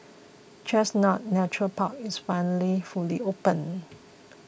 Chestnut Nature Park is finally fully open